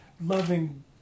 loving